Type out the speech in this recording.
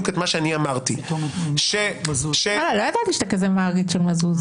את מה שאני אמרתי --- לא ידעתי שאתה מעריץ של מזוז.